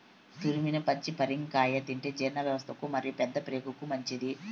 తురిమిన పచ్చి పరింగర కాయ తింటే జీర్ణవ్యవస్థకు మరియు పెద్దప్రేగుకు మంచిది